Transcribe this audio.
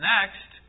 Next